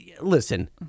listen